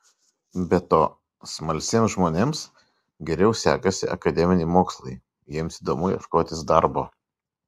be to smalsiems žmonėms geriau sekasi akademiniai mokslai jiems įdomu ieškotis darbo